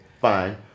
fine